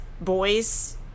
boys